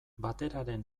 bateraren